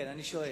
כן, אני שואל.